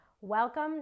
Welcome